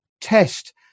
test